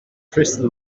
crystal